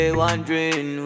wondering